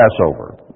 Passover